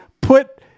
put